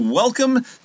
Welcome